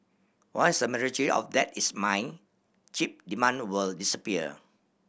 once the majority of that is mined chip demand will disappear